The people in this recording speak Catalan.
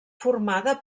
formada